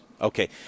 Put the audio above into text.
Okay